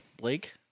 blake